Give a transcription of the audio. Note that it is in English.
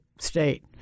state